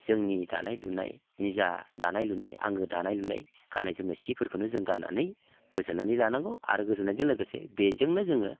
जोंनि दानाय लुनाय निजा दानाय लुनाय आंगो दानाय लुनाय गाननाय जोमनाय सिफोरखौनो जों गाननानै गोजोननानै लानांगौ आरो गोजोननायजों लोगोसे बेजोंनो जोङो